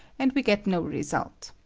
and we get no rcsnjt,